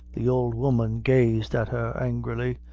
the old woman gazed at her angrily,